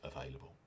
available